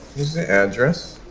here's the address.